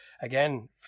again